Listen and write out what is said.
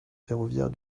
ferroviaire